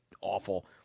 awful